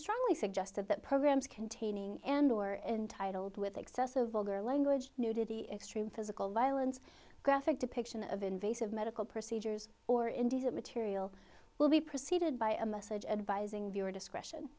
strongly suggested that programs containing and or entitled with excessive vulgar language nudity extreme physical violence graphic depiction of invasive medical procedures or indecent material will be preceded by a message advising viewer discretion